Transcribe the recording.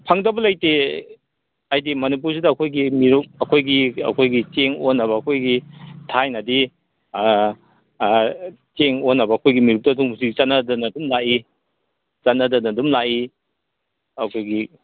ꯐꯪꯗꯕ ꯂꯩꯇꯦ ꯍꯥꯏꯗꯤ ꯃꯅꯤꯄꯨꯔꯁꯤꯗ ꯑꯩꯈꯣꯏꯒꯤ ꯃꯦꯔꯨꯛ ꯑꯩꯈꯣꯏꯒꯤ ꯆꯦꯡ ꯑꯣꯟꯅꯕ ꯑꯩꯈꯣꯏꯒꯤ ꯊꯥꯏꯅꯗꯤ ꯆꯦꯡ ꯑꯣꯟꯅꯕ ꯑꯩꯈꯣꯏꯒꯤ ꯃꯦꯔꯨꯛꯇꯣ ꯑꯗꯨꯝ ꯍꯧꯖꯤꯛꯁꯨ ꯆꯠꯅꯗꯅ ꯑꯗꯨꯝ ꯂꯥꯛꯏ ꯆꯠꯅꯗꯅ ꯑꯗꯨꯝ ꯂꯥꯛꯏ ꯑꯩꯈꯣꯏꯒꯤ